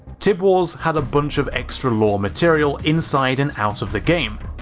tib wars had a bunch of extra lore material, inside and out of the game,